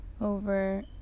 over